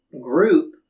group